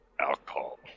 alcohol